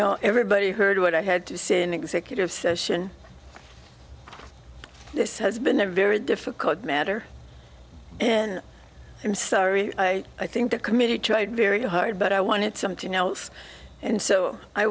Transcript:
know everybody heard what i had to say in executive session this has been a very difficult matter and i'm sorry i think the committee tried very hard but i wanted something else and so i